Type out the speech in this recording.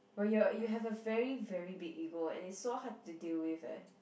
but you are a you have a very very big ego and it's so hard to deal with eh